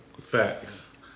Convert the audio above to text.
Facts